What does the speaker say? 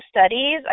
studies